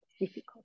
difficult